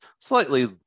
slightly